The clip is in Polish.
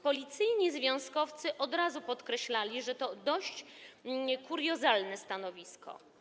Policyjni związkowcy od razu podkreślali, że to jest dość kuriozalne stanowisko.